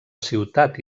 ciutat